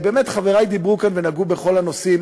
חברי דיברו כאן ונגעו בכל הנושאים.